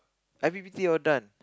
i_p_p_t all done